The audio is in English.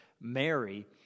Mary